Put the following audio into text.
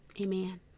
Amen